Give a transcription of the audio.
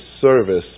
service